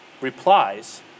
replies